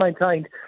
maintained